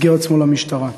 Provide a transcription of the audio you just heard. הסגיר עצמו למשטרה.